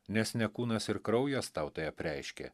nes ne kūnas ir kraujas tau tai apreiškė